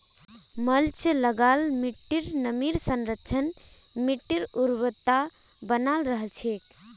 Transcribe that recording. mulch लगा ल मिट्टीर नमीर संरक्षण, मिट्टीर उर्वरता बनाल रह छेक